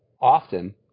often